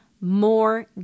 more